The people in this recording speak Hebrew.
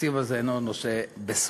שהתקציב הזה אינו נושא בשורה.